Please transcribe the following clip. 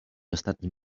ostatnim